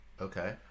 Okay